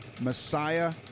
Messiah